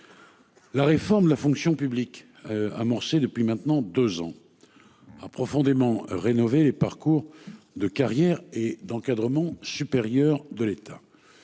La réforme de la fonction publique. Amorcée depuis maintenant 2 ans. A profondément rénové les parcours de carrière et d'encadrement supérieur de l'État.